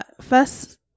first